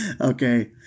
Okay